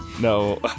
No